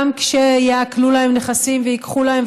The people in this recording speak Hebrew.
שגם כשיעקלו להם נכסים וייקחו להם,